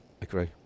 agree